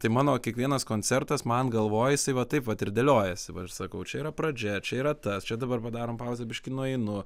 tai mano kiekvienas koncertas man galvoj jisai va taip vat ir dėliojasi va ir sakau čia yra pradžia čia yra tas čia dabar padarom pauzę biškį nueinu